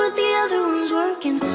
ah the other one's working